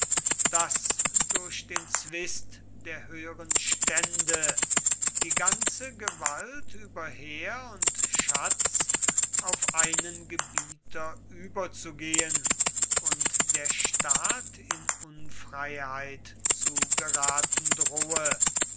daß durch den zwist der höheren stände die ganze gewalt über heer und schatz auf einen gebieter überzugehen und der staat in unfreiheit zu geraten drohe